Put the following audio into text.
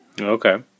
Okay